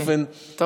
יופי, טוב לשמוע.